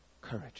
courage